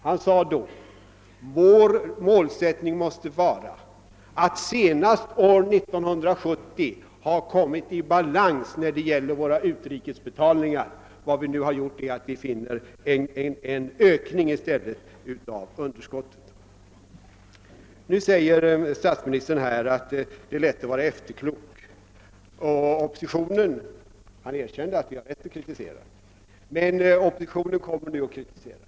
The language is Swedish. Han sade då: Vår målsättning måste vara att senast år 1970 ha kommit i balans när det gäller våra utrikesbetalningar. Men nu finner vi i stället en ökning av underskottet. Statsministern säger att det är lätt att vara efterklok. Han erkände att vi inom oppositionen har rätt att framföra kritik men menade i alla fall att oppositionen nu bara kommer och kritiserar.